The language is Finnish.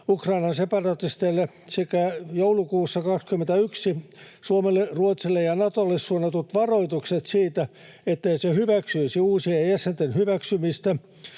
Ukrainan separatisteille sekä sen joulukuussa 21 Suomelle, Ruotsille ja Natolle suuntaamat varoitukset siitä, ettei se hyväksyisi uusien jäsenten hyväksymistä